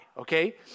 okay